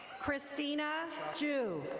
christina jew.